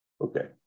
Okay